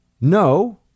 No